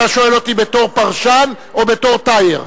אתה שואל אותי בתור פרשן או בתור "טייר"?